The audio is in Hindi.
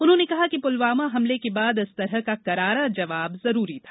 उन्होंने कहा कि पुलवामा हमले के बाद इस तरह का करारा जवाब जरूरी था